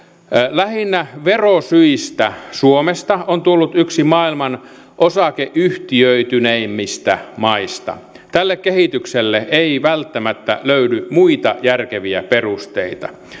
lähinnä verosyistä suomesta on tullut yksi maailman osakeyhtiöityneimmistä maista tälle kehitykselle ei välttämättä löydy muita järkeviä perusteita